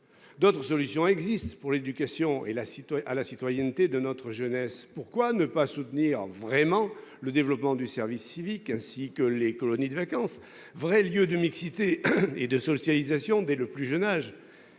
D'autres solutions existent pour l'éducation et la à la citoyenneté de notre jeunesse. Pourquoi ne pas soutenir vraiment le développement du service civique ainsi que les colonies de vacances. Vrai lieu de mixité et de socialisation dès le plus jeune âge